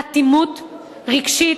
אטימות רגשית.